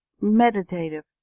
meditative